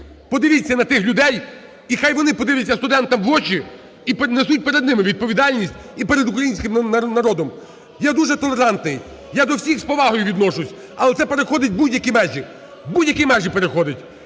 Подивіться на тих людей, і хай вони подивляться студентам в очі, і несуть перед ними відповідальність і перед українським народом. Я дуже толерантний, я до всіх з повагою відношусь, але це переходить будь-які межі, будь-які межі переходить.